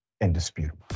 indisputable